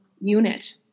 unit